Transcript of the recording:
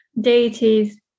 deities